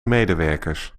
medewerkers